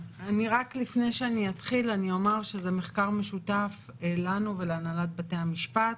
לפני שאתחיל אני אומר שזה מחקר משותף לנו ולהנהלת בתי המשפט.